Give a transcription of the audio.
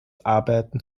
arbeiten